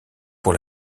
pour